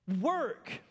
work